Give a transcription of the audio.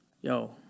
yo